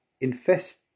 infest